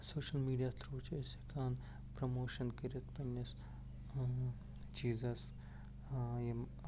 social media through چھِ أسۍ ہٮ۪کان پرموشَن کٔرِتھ پَنٛنِس چیٖزَس یِم